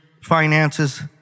finances